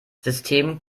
system